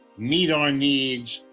meet our needs,